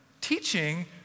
Teaching